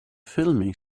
filming